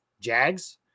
Jags